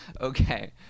Okay